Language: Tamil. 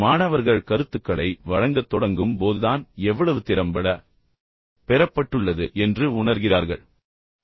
மாணவர்கள் கருத்துக்களை வழங்கத் தொடங்கும் போதுதான் எவ்வளவு திறம்பட பெறப்பட்டுள்ளது என்பதை அவர்கள் உணர்கிறார்கள்